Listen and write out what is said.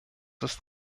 ist